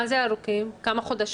מה זה ארוכים, כמה חודשים?